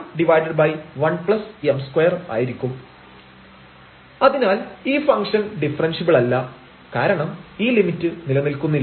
lim┬Δρ→0⁡Δz dzΔρ lim┬Δρ→0⁡Δx ΔyΔx2Δy2 Along the path Δym Δx lim┬Δρ→0⁡〖Δz dzΔρ〗m1m2 അതിനാൽ ഈ function ഡിഫറെൻഷ്യബിളല്ല കാരണം ഈ ലിമിറ്റ് നിലനിൽക്കുന്നില്ല